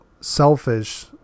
selfish